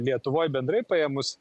lietuvoj bendrai paėmus